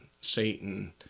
satan